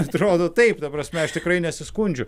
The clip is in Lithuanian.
atrodo taip ta prasme aš tikrai nesiskundžiu